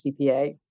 CPA